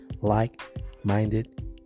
like-minded